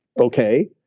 okay